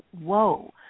whoa